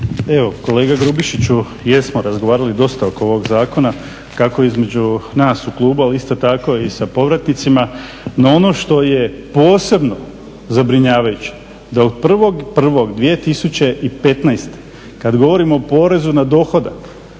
Evo kolega Grubišiću, jesmo razgovarali dosta oko ovog zakona kako između nas u klubu, ali isto tako i sa povratnicima. No, ono što je posebno zabrinjavajuće da od 1.1.2015. kad govorimo o porezu na dohodak